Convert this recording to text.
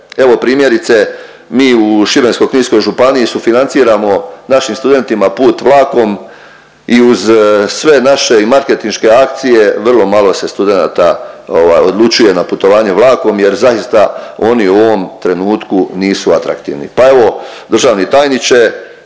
Evo primjerice mi u Šibensko-kninskoj županiji sufinanciramo našim studentima put vlakom i uz sve naše i marketinške akcije vrlo malo se studenata ovaj odlučuje na putovanje vlakom jer zaista oni u ovom trenutku nisu atraktivni.